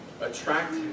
attract